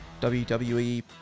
WWE